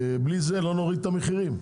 בלי זה לא נוריד את המחירים.